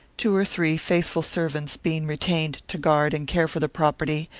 two or three faithful servants being retained to guard and care for the property,